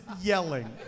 yelling